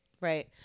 right